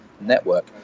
network